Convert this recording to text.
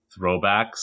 throwbacks